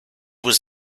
was